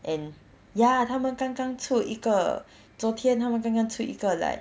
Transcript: and ya 他们刚刚出一个昨天他们出一个 like